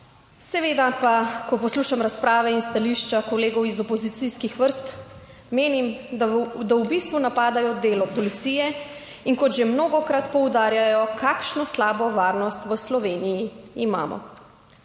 Seveda pa, ko poslušam razprave in stališča kolegov iz opozicijskih vrst, menim, da v bistvu napadajo delo policije in kot že mnogokrat poudarjajo, kakšno slabo varnost v Sloveniji imamo.